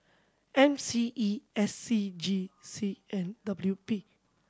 M C E S C G C and W P